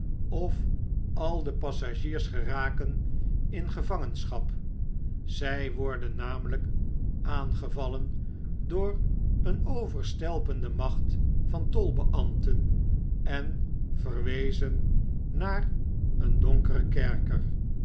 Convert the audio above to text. of al de passagiers geraken in gevangenschap zij worden naraelyk aangevallen door een overstelpende machtvantolbeambten en verwezen naar een donkeren kerker